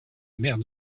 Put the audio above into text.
mère